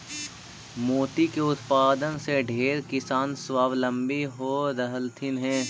मोती के उत्पादन से ढेर किसान स्वाबलंबी हो रहलथीन हे